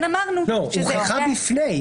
הוכחה בפני.